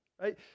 right